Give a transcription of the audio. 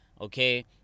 Okay